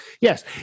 yes